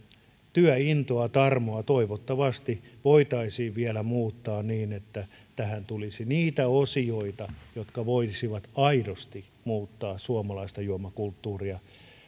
työintoa tarmoa toivottavasti voitaisiin vielä muuttaa tätä niin että tähän tulisi niitä osioita jotka voisivat aidosti muuttaa suomalaista juomakulttuuria